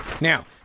Now